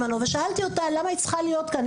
ושאלתי אותה למה היא צריכה להיות כאן?